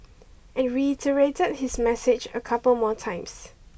and reiterated his message a couple more times